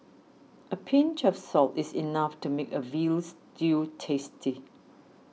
a pinch of salt is enough to make a Veal Stew tasty